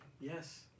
Yes